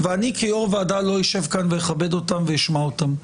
ואני כיו"ר ועדה לא אשב כאן ואכבד אותם ואשמע אותם.